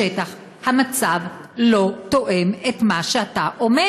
בשטח המצב לא תואם את מה שאתה אומר.